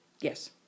yes